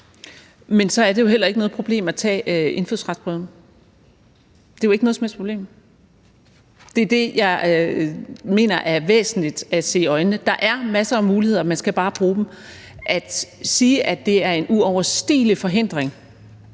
Så er det jo heller ikke noget problem at tage indfødsretsprøven – det er jo ikke noget som helst problem. Det er det, jeg mener er væsentligt at se i øjnene: Der er masser af muligheder – man skal bare bruge dem. At sige, at det er en uoverstigelig forhindring